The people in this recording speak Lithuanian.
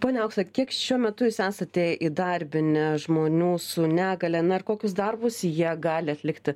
ponia aukse kiek šiuo metu jūs esate įdarbinę žmonių su negalia na ir kokius darbus jie gali atlikti